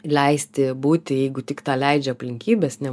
leisti būti jeigu tik tą leidžia aplinkybės ne